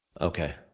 Okay